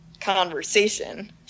conversation